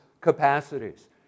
capacities